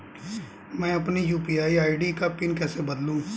मैं अपनी UPI ID का पिन कैसे बदलूं?